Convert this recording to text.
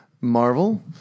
Marvel